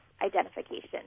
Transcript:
identification